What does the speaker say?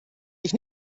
sich